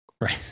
Right